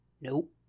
Nope